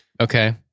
Okay